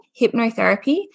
hypnotherapy